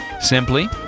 simply